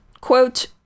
Quote